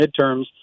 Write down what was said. midterms